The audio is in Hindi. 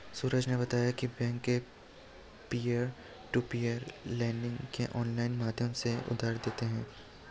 सूरज ने बताया की बैंक भी पियर टू पियर लेडिंग के ऑनलाइन माध्यम से उधार देते हैं